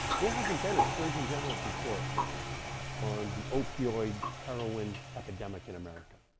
there hasn't been a surgeon general's report on the opioid heroin epidemic in america.